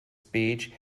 speech